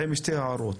שתי הערות: